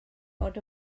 fod